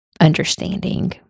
understanding